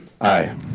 Aye